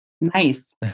Nice